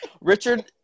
Richard